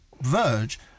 verge